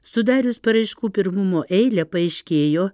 sudarius paraiškų pirmumo eilę paaiškėjo